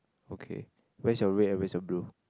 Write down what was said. okay where's your red and where's your blue